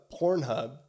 Pornhub